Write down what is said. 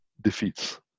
defeats